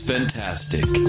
Fantastic